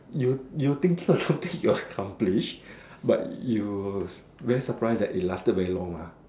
you you thinking of something you accomplish but you very surprised that it lasted very long mah